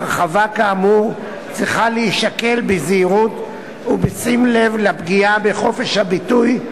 הרחבה כאמור צריכה להישקל בזהירות ובשים לב לפגיעה בחופש הביטוי,